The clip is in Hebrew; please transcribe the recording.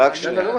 רק שנייה.